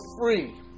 free